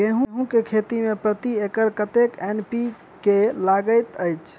गेंहूँ केँ खेती मे प्रति एकड़ कतेक एन.पी.के लागैत अछि?